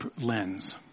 lens